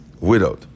widowed